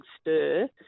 stir